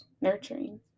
nurturing